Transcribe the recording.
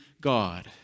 God